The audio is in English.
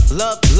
love